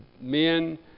men